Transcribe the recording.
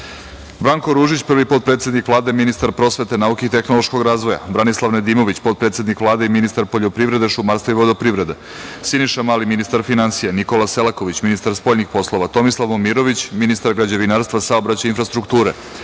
Branko Ružić, prvi potpredsednik Vlade, ministar prosvete, nauke i tehnološkog razvoja, Branislav Nedimović, potpredsednik Vlade i ministar poljoprivrede, šumarstva i vodoprivrede, Siniša Mali, ministar finansija, Nikola Selaković, ministar spoljnih poslova, Tomislav Momirović, ministar građevinarstva, saobraćaja i infrastrukture,